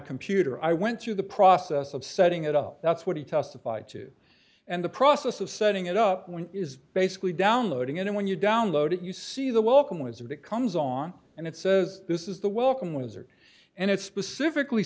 computer i went through the process of setting it up that's what he testified to and the process of setting it up when is basically downloading it and when you download it you see the welcome wizard it comes on and it says this is the welcome wizard and it specifically